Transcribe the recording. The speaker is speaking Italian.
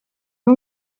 non